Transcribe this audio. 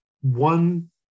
One